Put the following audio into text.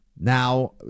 Now